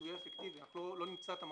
שיהיה אפקטיבי לא נמצא את המקום.